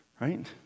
right